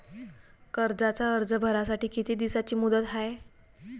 कर्जाचा अर्ज भरासाठी किती दिसाची मुदत हाय?